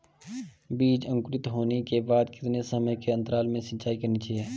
बीज अंकुरित होने के बाद कितने समय के अंतराल में सिंचाई करनी चाहिए?